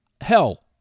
Hell